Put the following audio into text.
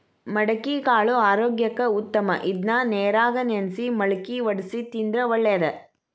ಮಡಿಕಿಕಾಳು ಆರೋಗ್ಯಕ್ಕ ಉತ್ತಮ ಇದ್ನಾ ನೇರಾಗ ನೆನ್ಸಿ ಮಳ್ಕಿ ವಡ್ಸಿ ತಿಂದ್ರ ಒಳ್ಳೇದ